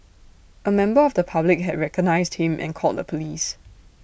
A member of the public had recognised him and called the Police